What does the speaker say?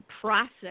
process